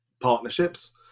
partnerships